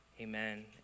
amen